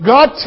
God